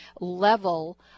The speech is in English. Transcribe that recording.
level